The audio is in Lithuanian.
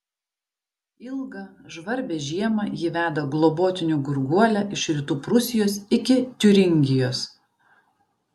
ilgą žvarbią žiemą ji veda globotinių gurguolę iš rytų prūsijos iki tiuringijos